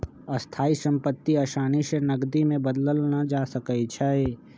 स्थाइ सम्पति असानी से नकदी में बदलल न जा सकइ छै